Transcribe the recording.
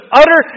utter